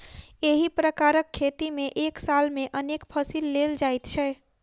एहि प्रकारक खेती मे एक साल मे अनेक फसिल लेल जाइत छै